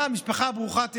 משפחה ברוכת ילדים,